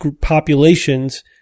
populations